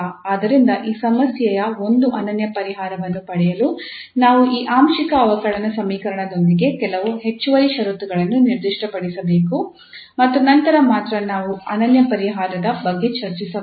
ಆದ್ದರಿಂದ ಈ ಸಮಸ್ಯೆಯ ಒಂದು ಅನನ್ಯ ಪರಿಹಾರವನ್ನು ಪಡೆಯಲು ನಾವು ಈ ಆಂಶಿಕ ಅವಕಲನ ಸಮೀಕರಣದೊಂದಿಗೆ ಕೆಲವು ಹೆಚ್ಚುವರಿ ಷರತ್ತುಗಳನ್ನು ನಿರ್ದಿಷ್ಟಪಡಿಸಬೇಕು ಮತ್ತು ನಂತರ ಮಾತ್ರ ನಾವು ಆ ಅನನ್ಯ ಪರಿಹಾರದ ಬಗ್ಗೆ ಚರ್ಚಿಸಬಹುದು